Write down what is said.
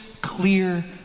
clear